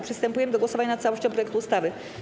Przystępujemy do głosowania nad całością projektu ustawy.